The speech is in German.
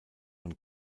von